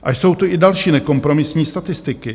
A jsou tu i další nekompromisní statistiky.